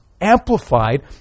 amplified